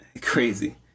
Crazy